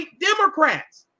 Democrats